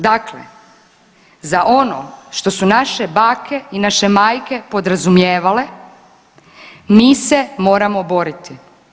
Dakle, za ono što su naše bake i naše majke podrazumijevale, mi se moramo boriti.